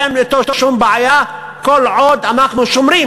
אין אתו שום בעיה כל עוד אנחנו שומרים